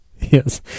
Yes